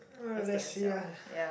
uh let's see ah